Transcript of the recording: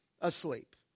asleep